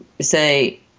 say